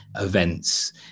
events